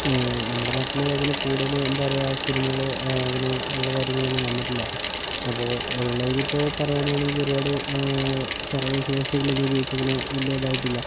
നമ്മുടെ നാട്ടിൽ അങ്ങനെ കൂടുതൽ എന്താ പറയുക സിനിമകൾ അങ്ങനെ ഉള്ള കാര്യങ്ങളൊന്നും വന്നിട്ടില്ല അപ്പോൾ ഓൺലൈനിലിപ്പോൾ പറയാനാണെങ്കിൽ ഒരുപാട് കരകൗശല വസ്തുക്കളൊന്നും ഉപയോഗിച്ചിങ്ങനെ വലിയ ഇതായിട്ടില്ല